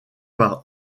par